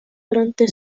durante